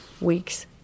Weeks